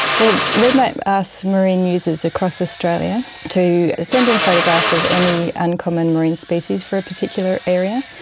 well, redmap asks marine users across australia to send in photographs of any uncommon marine species for a particular area.